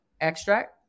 extract